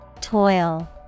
Toil